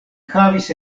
havis